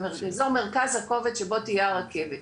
באזור מרכז הכובד שבו תהיה הרכבת.